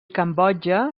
cambodja